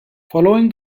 following